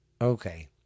Okay